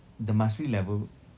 the mastery level